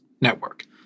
Network